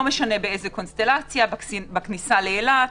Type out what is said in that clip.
משנה באיזו קונסטלציה בכניסה לאילת,